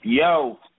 Yo